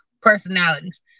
personalities